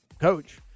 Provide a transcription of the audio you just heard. coach